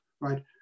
right